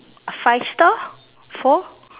five star four